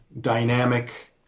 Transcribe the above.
dynamic